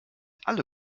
alle